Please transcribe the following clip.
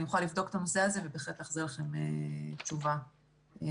אני אוכל לבדוק את הנושא הזה ובהחלט אחזיר לכם תשובה ברורה.